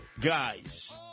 guys